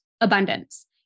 abundance